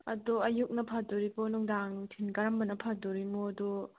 ꯑꯗꯣ ꯑꯌꯨꯛꯅ ꯐꯥꯗꯣꯔꯤꯕꯣ ꯅꯨꯡꯗꯥꯡ ꯅꯨꯡꯊꯤꯟ ꯀꯔꯝꯕꯅ ꯐꯗꯣꯔꯤꯃꯣ ꯑꯗꯨ